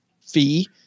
fee